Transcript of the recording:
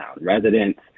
residents